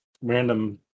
random